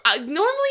normally